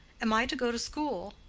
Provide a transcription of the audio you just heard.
am i to go to school?